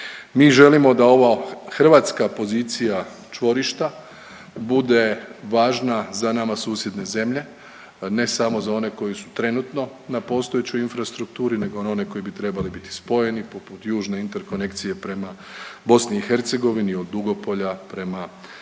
Mi želimo da ova hrvatska pozicija čvorišta bude važna za nama susjedne zemlje ne samo za one koji su trenutno na postojećoj infrastrukturi, nego one koji bi trebali biti spojeni poput južne interkonekcije prema Bosni i Hercegovini od Dugopolja prema Zagvozdu,